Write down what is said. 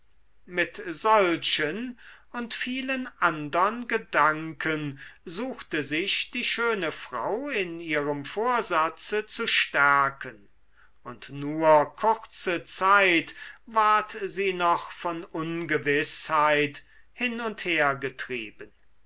mit solchen und vielen andern gedanken suchte sich die schöne frau in ihrem vorsatze zu stärken und nur kurze zeit ward sie noch von ungewißheit hin und her getrieben